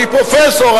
אני פרופסור,